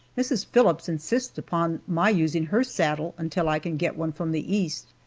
mrs. phillips insists upon my using her saddle until i can get one from the east,